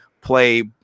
play